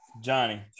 Johnny